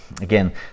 Again